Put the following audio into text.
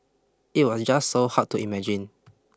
it was just so hard to imagine